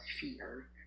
fear